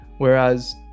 Whereas